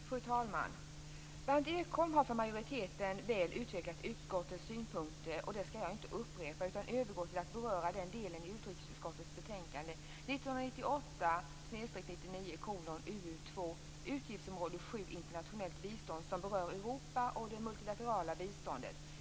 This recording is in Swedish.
Fru talman! Berndt Ekholm har för majoriteten väl utvecklat utskottets synpunkter. Jag skall inte upprepa dem utan övergå till att beröra den del i utrikesutskottets betänkande 1998/99:UU2 Utgiftsområde 7 Internationellt bistånd, som berör Europabiståndet och det multilaterala biståndet.